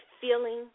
feeling